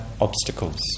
obstacles